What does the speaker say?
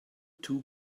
two